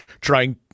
trying